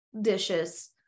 dishes